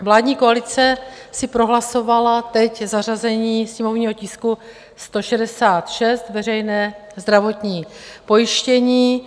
Vládní koalice si prohlasovala teď zařazení sněmovního tisku 166, veřejné zdravotní pojištění.